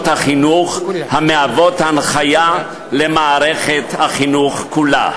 החינוך המהוות הנחיה למערכת החינוך כולה,